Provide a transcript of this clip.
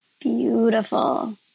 Beautiful